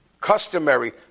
customary